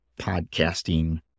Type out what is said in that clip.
podcasting